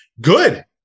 Good